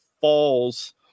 falls